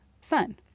sun